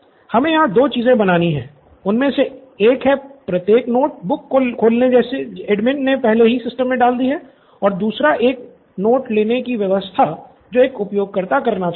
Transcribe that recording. हमे यहाँ दो चीजें बनानी हैं उनमे से एक है प्रत्येक नोट बुक को खोलना जिन्हे एडमिन ने पहले ही सिस्टम मे डाल दी है और दूसरा नए नोट लेने की व्यवस्था जो एक उपयोगकर्ता करना चाहता है